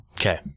Okay